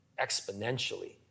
exponentially